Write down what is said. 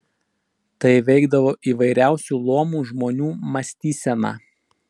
tai veikdavo įvairiausių luomų žmonių mąstyseną